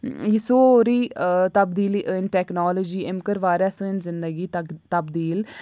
یہِ سورُے تبدیٖلی أنۍ ٹٮ۪کنالجی أمۍ کٔر واریاہ سٲنۍ زِندگی تگ تبدیٖل